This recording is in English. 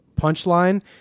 Punchline